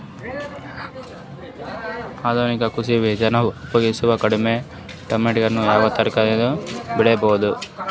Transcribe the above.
ಆಧುನಿಕ ಕೃಷಿ ವಿಧಾನ ಉಪಯೋಗಿಸಿ ಕಡಿಮ ಟೈಮನಾಗ ಯಾವ ತರಕಾರಿ ಬೆಳಿಬಹುದು?